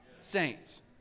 Saints